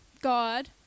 God